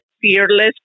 fearless